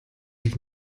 ich